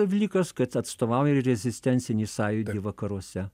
vlikas kad atstovauja ir rezistencinį sąjūdį vakaruose